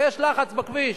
ויש לחץ בכביש.